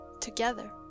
together